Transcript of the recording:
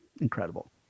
incredible